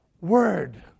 word